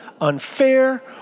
unfair